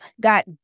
got